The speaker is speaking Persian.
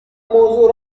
موضوع